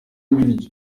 ibiryo